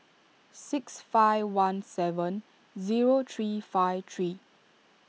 six five one seven zero three five three